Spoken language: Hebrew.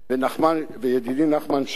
וידידי נחמן שי,